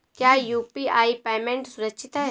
क्या UPI payment सुरक्षित है?